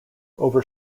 over